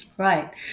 Right